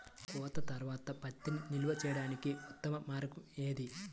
కోత తర్వాత పత్తిని నిల్వ చేయడానికి ఉత్తమ మార్గం ఏది?